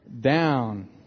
down